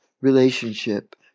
relationship